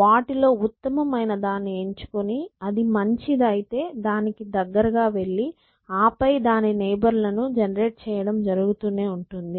వాటిలో ఉత్తమమైన దాన్ని ఎంచుకుని అది మంచిదైతే దాని దగ్గరికి వెళ్ళి ఆపై దాని నైబర్ లను జెనెరేట్ చెయ్యడం జరుగుతూనే ఉంటుంది